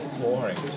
boring